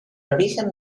origen